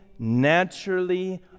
naturally